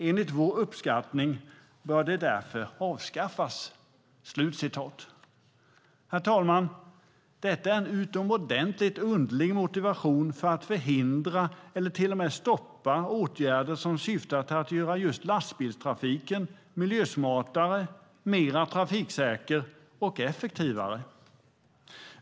Enligt vår uppfattning bör det därför avskaffas." Herr talman! Detta är en utomordentligt underlig motivering för att förhindra eller till och med stoppa åtgärder som syftar till att göra just lastbilstrafiken miljösmartare, mer trafiksäker och effektivare.